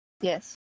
Yes